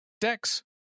Dex